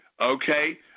okay